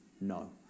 no